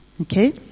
Okay